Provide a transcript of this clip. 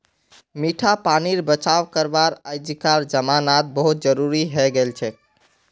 मीठा पानीर बचाव करवा अइजकार जमानात बहुत जरूरी हैं गेलछेक